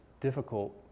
difficult